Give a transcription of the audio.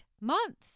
months